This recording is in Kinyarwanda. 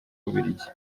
bubiligi